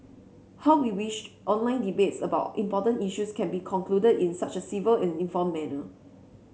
how we wish online debates about important issues can be concluded in such a civil and informed manner